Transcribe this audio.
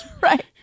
right